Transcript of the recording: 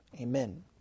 amen